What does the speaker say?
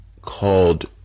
called